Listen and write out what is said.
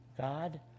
God